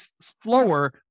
slower